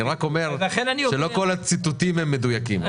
אני רק אומר שלא כל הציטוטים הם מדויקים.